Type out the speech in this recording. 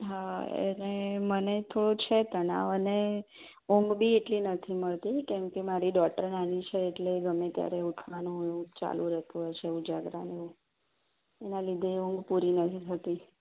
હા એને મને થોડો છે તણાવ અને ઊંઘ બી એટલી નથી મળતી કેમ કે મારી ડોટર નાની છે એટલે ગમે ત્યારે ઉઠવાનું એવું ચાલુ રેતું હોય છે ઉજાગરાને એવું એના લીધે ઊંઘ પૂરું નથી થતી